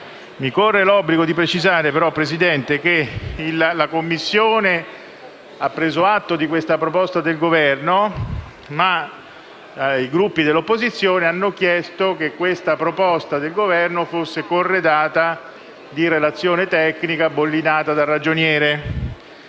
Mi corre l'obbligo di precisare, signor Presidente, che la Commissione ha preso atto di questa proposta del Governo ma i Gruppi delle opposizioni hanno chiesto che tale proposta del Governo fosse corredata di relazione tecnica bollinata dal Ragioniere